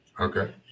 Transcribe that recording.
Okay